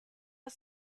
are